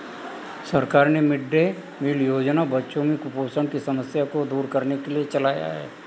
सरकार ने mid day meal योजना बच्चों में कुपोषण की समस्या को दूर करने के लिए चलाया है